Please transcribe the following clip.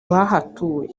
bahatuye